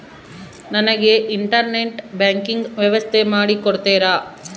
ನನಗೆ internet banking ವ್ಯವಸ್ಥೆ ಮಾಡಿ ಕೊಡ್ತೇರಾ?